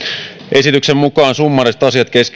esityksen mukaan summaariset asiat